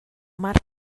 mar